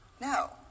No